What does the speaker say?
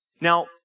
Now